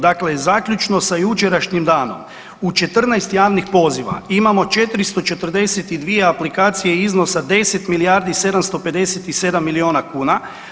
Dakle, zaključno sa jučerašnjim danom u 14 javnih poziva imamo 442 aplikacije iznosa 10 milijardi 757 milijuna kuna.